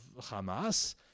Hamas